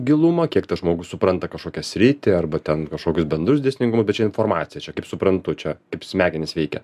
gilumo kiek tas žmogus supranta kažkokią sritį arba ten kažkokius bendrus dėsningumus bet čia informacija čia kaip suprantu čia kaip smegenys veikia